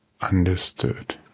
Understood